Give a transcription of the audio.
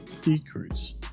decrease